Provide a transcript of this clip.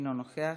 אינו נוכח.